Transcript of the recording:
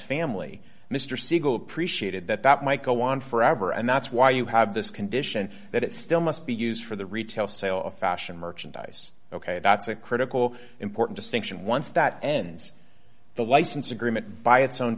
family mr siegel appreciated that that might go on forever and that's why you have this condition that it still must be used for the retail sale of fashion merchandise ok that's a critical important distinction once that ends the license agreement by its own